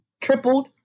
tripled